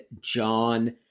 John